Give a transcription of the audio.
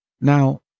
Now